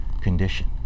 condition